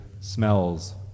smells